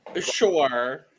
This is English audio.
sure